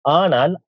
anal